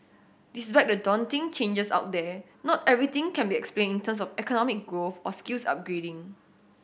despite the daunting changes out there not everything can be explained in terms of economic growth or skills upgrading